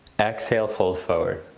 exhale fold forward.